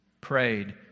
prayed